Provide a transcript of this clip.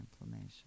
inflammation